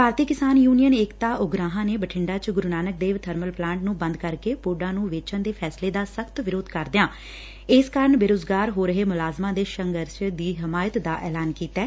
ਭਾਰਤੀ Kisan union Ekta Ugrahan ਨੇ ਬਠਿੰਡਾ ਚ Guru Nanak Dev thermal plant ਨੂੰ ਬੰਦ ਕਰਕੇ ਪੁੱਡਾ ਨੂੰ ਵੇਚਣ ਦੈ ਫੈਸਲੇ ਦਾ ਸਖ਼ਤ ਵਿਰੋਧ ਕਰਦਿਆਂ ਇਸ ਕਾਰਨ ਬੇਰੁਜ਼ਗਾਰ ਹੋ ਰਹੇ ਮੁਲਾਜ਼ਮਾਂ ਦੇ ਸੰਘਰਸ਼ ਦੀ ਹਿਮਾਇਤ ਦਾ ਐਲਾਨ ਕੀਤੈ